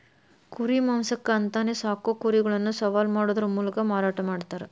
ಕುರಿ ಮಾಂಸಕ್ಕ ಅಂತಾನೆ ಸಾಕೋ ಕುರಿಗಳನ್ನ ಸವಾಲ್ ಮಾಡೋದರ ಮೂಲಕ ಮಾರಾಟ ಮಾಡ್ತಾರ